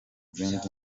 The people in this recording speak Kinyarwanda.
zindi